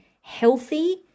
healthy